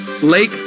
Lake